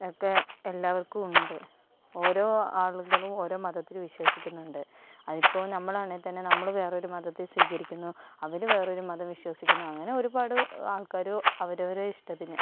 ഒക്കെ എല്ലാവർക്കും ഉണ്ട് ഓരോ ആളുകളും ഓരോ മതത്തിൽ വിശ്വസിക്കുന്നുണ്ട് അതിപ്പോൾ നമ്മളാണെങ്കിൽ തന്നെ നമ്മൾ വേറെ മതത്തെ സ്വീകരിക്കുന്നു അവർ വേറൊരു മതം വിശ്വസിക്കുന്നു അങ്ങനെ ഒരുപാട് ആൾക്കാർ അവരവരെ ഇഷ്ട്ടത്തിന്